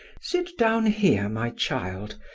sit down here, my child,